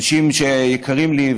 גם אנשים שיקרים לי,